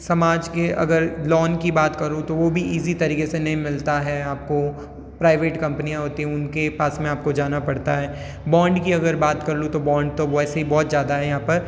समाज के अगर लोन की बात करूँ तो वो भी ईज़ी तरीके से नहीं मिलता है आपको प्राइवेट कंपनियां होती हैं उनके पास में आपको जाना पड़ता है बाॅन्ड की अगर बात कर लूँ तो बाॅन्ड तो वैसे ही बहुत ज़्यादा है यहाँ पर